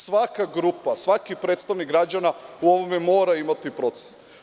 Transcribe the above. Svaka grupa, svaki predstavnik građana u ovome mora imati proces.